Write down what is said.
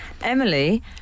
Emily